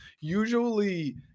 Usually